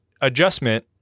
adjustment